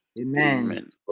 Amen